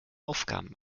aufgaben